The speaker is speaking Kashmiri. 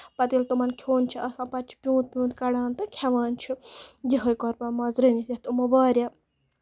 پَتہٕ ییٚلہِ تِمَن کھیوٚن چھُ آسان پَتہٕ چھِ پیوٗت پیوٗت کَڈان تہٕ کھٮ۪وان چھِ یہے قۄربان ماز رٔنِتھ یَتھ یِمو واریاہ